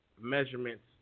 measurements